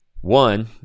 one